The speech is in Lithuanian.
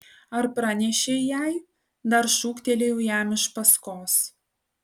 ar pranešei jai dar šūktelėjau jam iš paskos